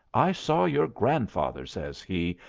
i saw your grandfather, says he,